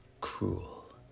cruel